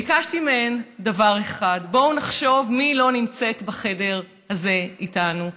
ביקשתי מהן דבר אחד: בואו נחשוב מי לא נמצאת בחדר הזה איתנו.